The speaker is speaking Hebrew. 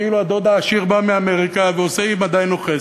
כאילו הדוד העשיר בא מאמריקה ועושה עמדנו חסד.